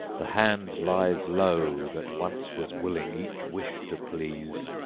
the hand lies low that once was willing each wish to please.